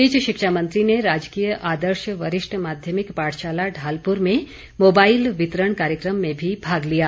इस बीच शिक्षा मंत्री ने राजकीय आदर्श वरिष्ठ माध्यमिक पाठशाला ढालपुर में मोबाईल वितरण कार्यक्रम में भी भाग लिया